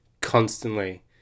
constantly